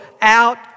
out